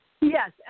Yes